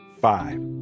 Five